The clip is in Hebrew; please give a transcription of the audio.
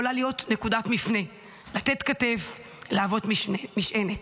יכולה להיות נקודת מפנה, לתת כתף ולהוות משענת.